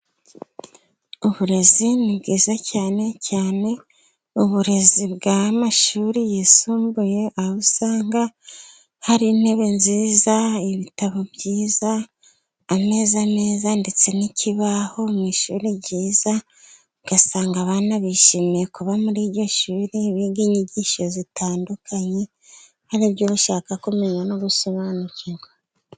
Uburezi ni bwiza, cyane cyane uburezi bw'amashuri yisumbuye, aho usanga hari intebe nziza, ibitabo byiza, hameze neza, ndetse n'ikibaho mu ishuri cyiza. Ugasanga abana bishimiye kuba muri iryo shuri biga inyigisho zitandukanye, haribyo bashaka kumenya no gusobanukirwa.